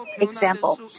example